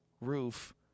roof